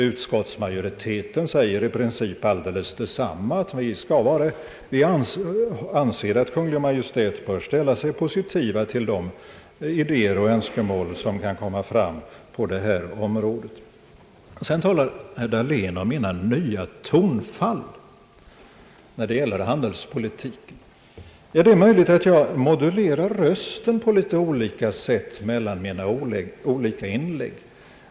Utskottsmajoriteten säger i princip alldeles detsamma, att vi anser att Kungl. Maj:t bör ställa sig positiv till de idéer och önskemål som kan komma fram på detta område. Vidare talar herr Dahlén om mina nya tonfall när det gäller handelspolitiken. Ja, det är möjligt att jag modu lerar rösten på litet olika sätt i mina inlägg.